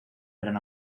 gran